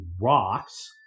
rocks